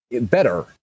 better